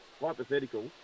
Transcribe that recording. hypothetical